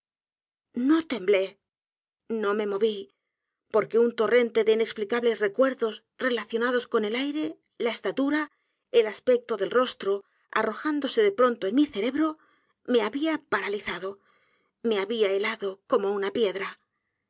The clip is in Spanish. no temblé no me moví porque un torrente de inexplicables recuerdos relacionados con el aire la estatura el aspecto del rostro arrojándose de pronto en mi cerebro me había paralizado me había helado como una piedra